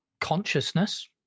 consciousness